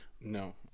No